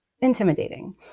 intimidating